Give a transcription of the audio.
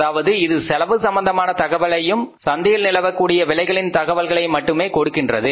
அதாவது இது செலவு சம்பந்தமான தகவல்களையும் சந்தையில் நிலவக்கக்கூடிய விலைகளின் தகவல்களை மட்டுமே கொடுக்கின்றது